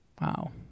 Wow